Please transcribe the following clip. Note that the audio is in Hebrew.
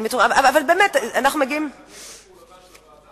מה את מציעה, לחדש את פעילותה של הוועדה?